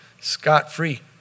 scot-free